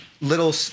little